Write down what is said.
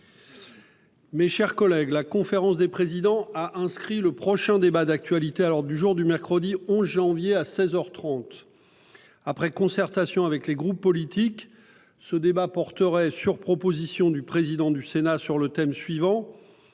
Mes chers collègues, la conférence des présidents a inscrit le prochain débat d'actualité à l'ordre du jour du mercredi 11 janvier à seize heures trente. Après concertation avec les groupes politiques, ce débat porterait, sur proposition du président du Sénat, sur le thème suivant